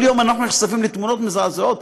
כל יום אנחנו נחשפים לתמונות מזעזעות.